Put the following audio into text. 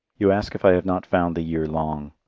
you ask if i have not found the year long.